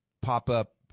pop-up